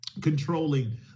controlling